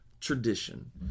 tradition